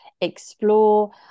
explore